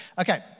Okay